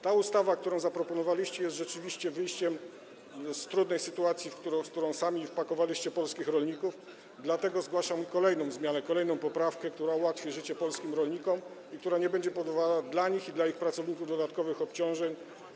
Ta ustawa, którą zaproponowaliście, jest rzeczywiście wyjściem z trudnej sytuacji, w którą sami wpakowaliście polskich rolników, dlatego zgłaszam kolejną zmianę, kolejną poprawkę, która ułatwi życie polskim rolnikom i która nie będzie powodowała dla nich i dla ich pracowników dodatkowych obciążeń.